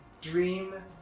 dream